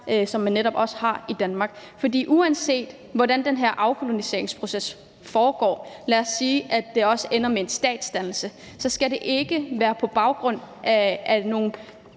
som man netop også har i Danmark. Uanset hvordan den her afkoloniseringsproces foregår – lad os sige, at det også ender med en statsdannelse – så skal det ikke være på grund af nogle